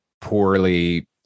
poorly